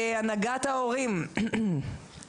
שלומי ירוחם מהנהגת ההורים, בבקשה.